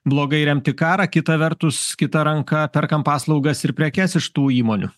blogai remti karą kita vertus kita ranka perkam paslaugas ir prekes iš tų įmonių